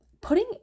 putting